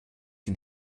den